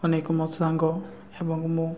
ଅନେକ ମୋ ସାଙ୍ଗ ଏବଂ ମୁଁ